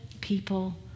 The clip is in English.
people